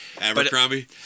Abercrombie